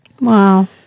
Wow